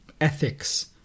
ethics